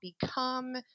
become